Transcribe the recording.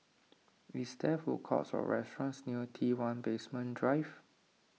is there food courts or restaurants near T one Basement Drive